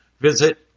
visit